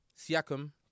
Siakam